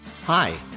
Hi